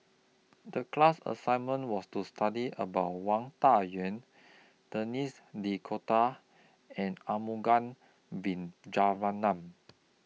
The class assignment was to study about Wang Dayuan Denis D'Cotta and Arumugam Vijiaratnam